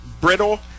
brittle